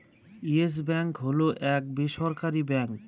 yes Bank হল এক বেসরকারি ব্যাঙ্ক